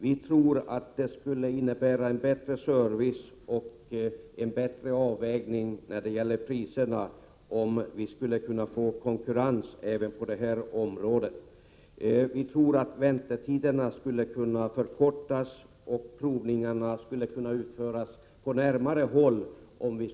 Vi tror att det skulle innebära en bättre service och en bättre avvägning beträffande priserna om det blev konkurrens på detta område. Vi tror att väntetiderna skulle förkortas, och provningarna skulle kunna utföras på närmare håll.